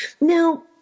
Now